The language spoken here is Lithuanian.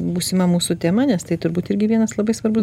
būsima mūsų tema nes tai turbūt irgi vienas labai svarbus